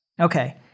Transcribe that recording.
Okay